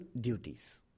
duties